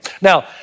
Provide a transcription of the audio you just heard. Now